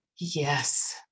yes